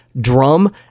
drum